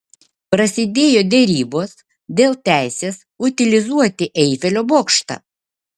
prasidėjo derybos dėl teisės utilizuoti eifelio bokštą